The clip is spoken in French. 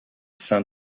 sein